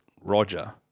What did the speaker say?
Roger